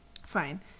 Fine